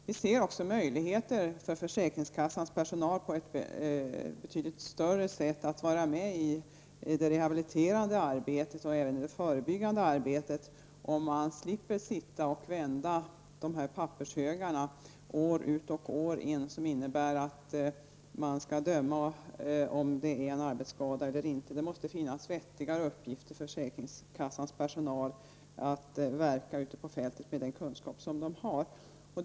Vi ser också betydligt bättre möjligheter för försäkringskassans personal att vara med i det rehabiliterande arbetet och även det förebyggande arbetet, om den slipper sitta och vända pappershögar år ut och år in för att bedöma om det är en arbetsskada eller inte. Det måste finnas vettigare uppgifter för försäkringskassans personal att verka ute på fältet med den kunskap som den personalen har.